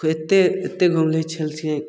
फेर एत्ते एत्ते घुमले छलखियै